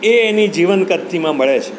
એ એની જીવન કરતીમાં મળે છે